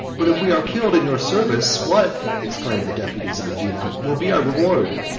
but if we are killed in your service, what, exclaimed the deputies of medina, will be our reward?